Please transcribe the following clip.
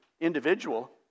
individual